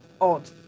odd